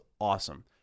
awesome